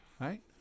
right